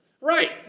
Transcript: Right